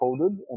coded